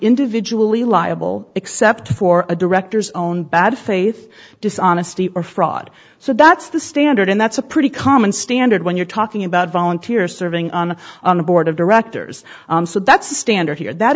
individually liable except for a director's own bad faith dishonesty or fraud so that's the standard and that's a pretty common standard when you're talking about volunteers serving on the board of directors so that's a standard here that